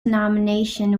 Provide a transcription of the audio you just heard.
nomination